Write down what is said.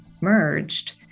merged